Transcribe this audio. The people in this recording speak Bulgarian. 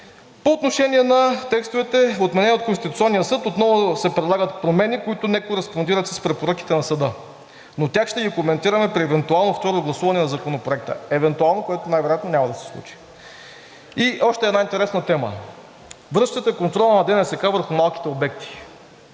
По отношение на текстовете, отменени от Конституционния съд, отново се прилагат промени, които не кореспондират с препоръките на съда, но тях ще ги коментираме при евентуално второ гласуване на Законопроекта. Евентуално, което най-вероятно няма да се случи. И още една интересна тема. Връщате контрола на ДНСК върху малките обекти.